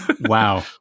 Wow